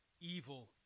evil